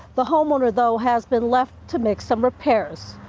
the homeowner though has been left to make some repairs.